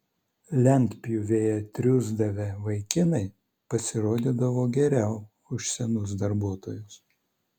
lentpjūvėje triūsdavę vaikinai pasirodydavo geriau už senus darbuotojus